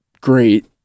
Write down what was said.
great